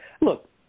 Look